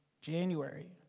January